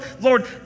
Lord